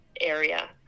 area